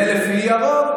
זה לפי הרוב.